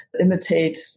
imitate